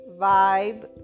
vibe